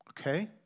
Okay